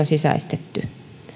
sisäistetty